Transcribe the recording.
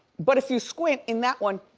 but if you squint in that one,